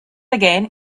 again